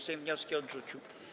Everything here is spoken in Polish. Sejm wnioski odrzucił.